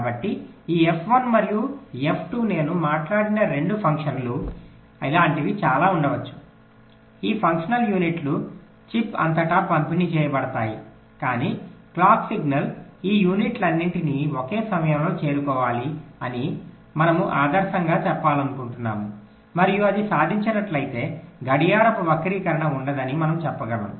కాబట్టి ఈ ఎఫ్ 1 మరియు ఎఫ్ 2 నేను మాట్లాడిన రెండు ఫంక్షన్లు ఇలాంటివి చాలా ఉండవచ్చు ఈ ఫంక్షనల్ యూనిట్లు చిప్ అంతటా పంపిణీ చేయబడతాయి కాని క్లాక్ సిగ్నల్ ఈ యూనిట్లన్నింటినీ ఒకే సమయంలో చేరుకోవాలి అని మనము ఆదర్శంగా చెప్పాలనుకుంటున్నాము మరియు అది సాధించినట్లయితే గడియారపు వక్రీకరణ ఉండదని మనము చెప్పగలం